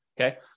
Okay